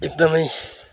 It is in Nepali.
एकदमै